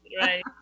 Right